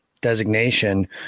designation